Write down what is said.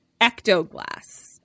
ectoglass